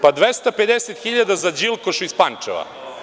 Pa, 250 hiljada za „Đilkoš“ iz Pančeva.